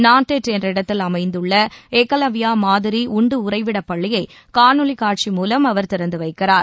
நான்டெட் என்ற இடத்தில் அமைந்துள்ள ஏகலவ்யா மாதிரி உண்டுஉறைவிடப் பள்ளியை காணொலி மூலம் அவர் திறந்து வைக்கிறார்